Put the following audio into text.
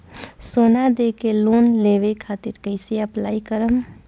सोना देके लोन लेवे खातिर कैसे अप्लाई करम?